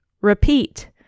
Repeat